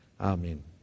Amen